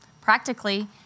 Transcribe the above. practically